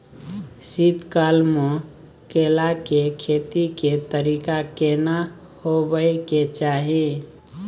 शीत काल म केला के खेती के तरीका केना होबय के चाही?